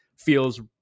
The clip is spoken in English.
feels